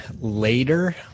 later